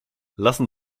lassen